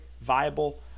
viable